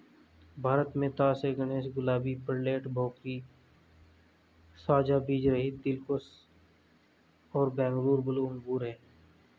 भारत में तास ए गणेश, गुलाबी, पेर्लेट, भोकरी, साझा बीजरहित, दिलखुश और बैंगलोर ब्लू अंगूर हैं